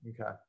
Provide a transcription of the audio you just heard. Okay